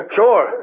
sure